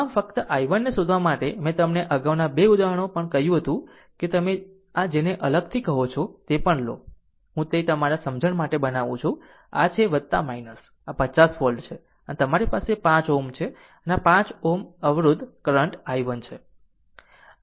આમ ફક્ત i1 ને શોધવા માટે મેં તમને અગાઉના 2 ઉદાહરણો પણ કહ્યું હતું કે તમે આ જેને અલગથી કહો છો તે પણ લો હું તે તમારા સમજણ માટે જ બનાવું છું આ છે આ 50 વોલ્ટ છે અને તમારી પાસે 5 Ω અવરોધ છે આ 5 Ω અવરોધ કરંટ i1 છે